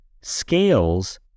scales